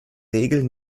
regel